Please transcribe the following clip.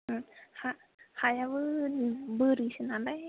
ओम हायाबो बोरिसो नालाय